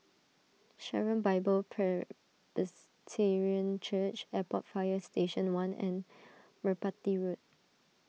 Sharon Bible Presbyterian Church Airport Fire Station one and Merpati Road